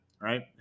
right